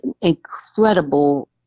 incredible